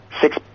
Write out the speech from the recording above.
Six